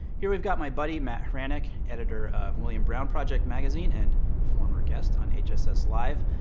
here we've got my buddy, matt hranek, editor of william brown project magazine, and former guest on hss live.